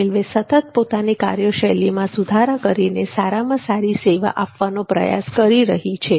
railway સતત પોતાની કાર્યશૈલી માં સુધારા કરીને સારામાં સારી સેવા આપવાનો પ્રયાસ કરી રહી છે